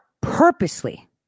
purposely